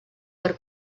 per